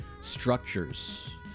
structures